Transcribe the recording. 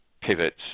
pivots